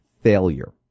failure